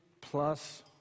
plus